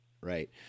right